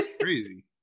crazy